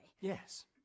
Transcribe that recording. Yes